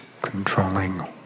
controlling